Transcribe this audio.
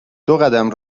دوقدم